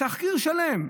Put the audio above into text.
תחקיר שלם,